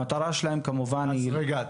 המטרה שלהן כמובן היא --- רגע.